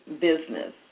business